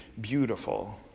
beautiful